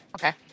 Okay